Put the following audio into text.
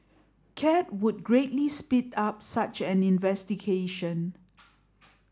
cat would greatly speed up such an investigation